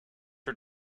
her